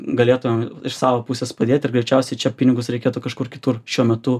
galėtumėm iš savo pusės padėti ir greičiausiai čia pinigus reikėtų kažkur kitur šiuo metu